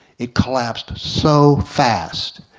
it collapsed so fast.